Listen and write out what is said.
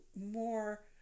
more